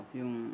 yung